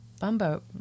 bumbo